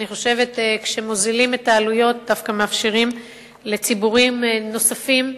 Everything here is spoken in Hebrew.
אני חושבת שכשמוזילים את העלויות דווקא מאפשרים לציבורים נוספים,